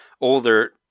older